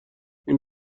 این